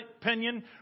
opinion